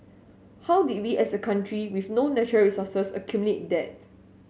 how did we as a country with no natural resources accumulate that